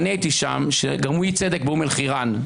אני הייתי שם כשגרמו אי-צדק באום אל חיראן.